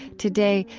today,